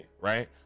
Right